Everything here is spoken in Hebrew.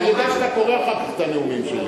אני יודע שאתה קורא אחר כך את הנאומים שלי.